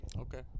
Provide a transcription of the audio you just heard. Okay